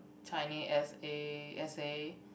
Chinese essay essay